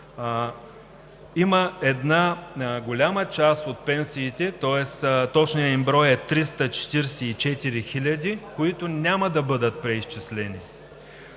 има една голяма част, точният им брой е 344 хиляди, които няма да бъдат преизчислени.